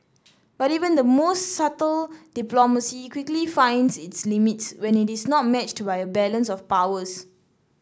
but even the most subtle diplomacy quickly finds its limits when it is not matched by a balance of powers